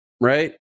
right